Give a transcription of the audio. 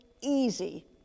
easy